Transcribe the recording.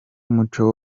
umuco